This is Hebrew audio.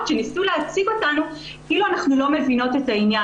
שניסו להציג אותנו כאילו אנחנו לא מבינות את העניין.